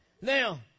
Now